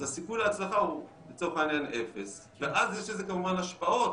אז הסיכוי להצלחה הוא לצורך העניין אפס ואז יש לזה כמובן השפעות